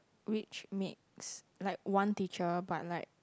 which makes like one teacher but like